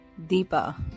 Deepa